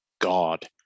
God